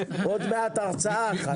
עוד מעט הרצאה אחת,